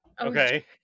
Okay